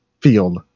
field